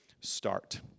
start